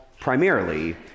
primarily